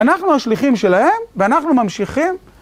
אנחנו השליחים שלהם ואנחנו ממשיכים.